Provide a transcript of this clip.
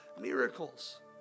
miracles